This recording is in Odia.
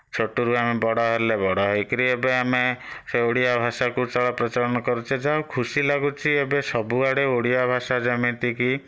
ଛୋଟରୁ ଆମେ ବଡ଼ ହେଲେ ବଡ଼ ହୋଇକରି ଏବେ ଆମେ ସେ ଓଡ଼ିଆ ଭାଷାକୁ ଚଳପ୍ରଚଳନ କରୁଛେ ଯାହା ହେଉ ଖୁସି ଲାଗୁଛି ଏବେ ସବୁଆଡ଼େ ଓଡ଼ିଆ ଭାଷା ଯେମିତିକି